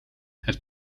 het